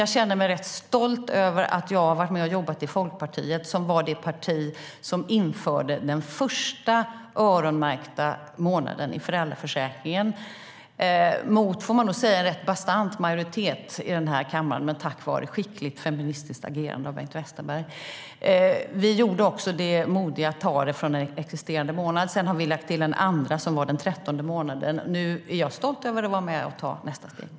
Jag känner mig rätt stolt över att jag har varit med och jobbat i Folkpartiet som var det parti som tack vare skickligt feministiskt agerande av Bengt Westerberg införde den första öronmärkta månaden i föräldraförsäkringen mot, får man säga, en rätt bastant majoritet i den här kammaren. Vi gjorde också det modiga att ta det från en existerande månad. Sedan har vi lagt till en andra som var den 13:e månaden. Jag är stolt över att nu vara med och ta nästa steg.